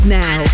now